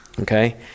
Okay